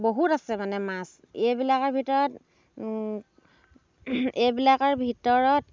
বহুত আছে মানে মাছ এইবিলাকৰ ভিতৰত এইবিলাকৰ ভিতৰত